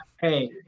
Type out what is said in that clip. Hey